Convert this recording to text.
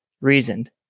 reasoned